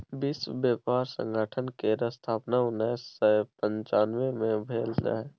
विश्व बेपार संगठन केर स्थापन उन्नैस सय पनचानबे मे भेल रहय